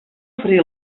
oferir